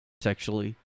sexually